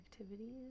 activities